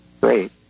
great